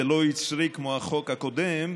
זה לא יצרי כמו החוק הקודם,